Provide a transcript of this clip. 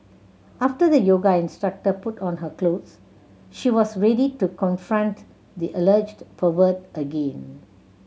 after the yoga instructor put on her clothes she was ready to confront the alleged pervert again